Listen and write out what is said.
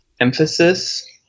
emphasis